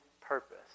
purpose